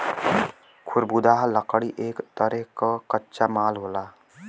खरबुदाह लकड़ी एक तरे क कच्चा माल होला